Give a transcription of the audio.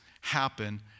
happen